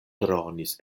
dronis